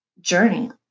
journey